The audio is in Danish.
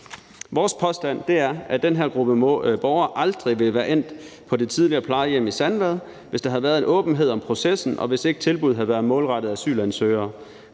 Vores påstand er, at den her gruppe borgere aldrig ville være endt på det tidligere plejehjem i Sandvad, hvis der havde været en åbenhed om processen, og hvis ikke tilbuddet havde været målrettet asylansøgere.